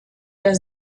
der